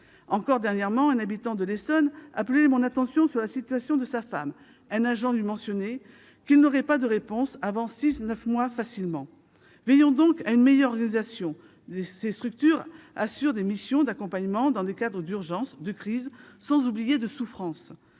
Encore dernièrement, un habitant de l'Essonne appelait mon attention sur la situation de sa femme au sujet de laquelle un agent lui avait indiqué qu'il n'aurait pas de réponse avant facilement six à neuf mois. Veillons donc à une meilleure organisation. Ces structures assurent des missions d'accompagnement, dans des cadres d'urgence, de crise, sans oublier de souffrance.